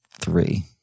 three